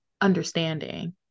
understanding